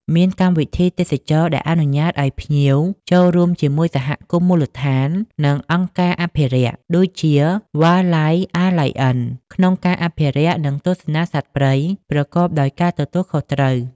មានកម្មវិធីទេសចរណ៍ដែលអនុញ្ញាតឱ្យភ្ញៀវចូលរួមជាមួយសហគមន៍មូលដ្ឋាន និងអង្គការអភិរក្ស ដូចជា វ៉ាល ឡៃហ៍ អា ឡាយ អិន Wildlife Alliance ក្នុងការអភិរក្ស និងទស្សនាសត្វព្រៃប្រកបដោយការទទួលខុសត្រូវ។